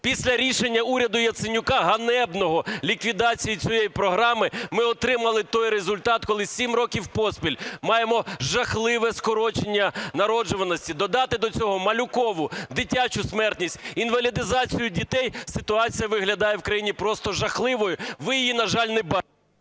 Після рішення уряду Яценюка, ганебного, ліквідації цієї програми, ми отримали той результат, коли сім років поспіль маємо жахливе скорочення народжуваності. Додати до цього малюкову, дитячу смертність, інвалідизацію дітей, ситуація виглядає в країні просто жахливою, ви її, на жаль, не бачите…